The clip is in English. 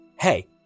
hey